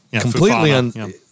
completely